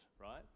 right